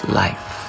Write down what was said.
life